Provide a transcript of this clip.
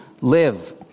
live